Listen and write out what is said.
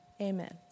Amen